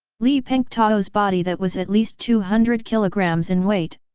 li pengtao's body that was at least two hundred kilograms in weight,